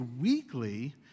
weekly